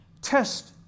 Test